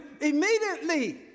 immediately